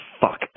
fuck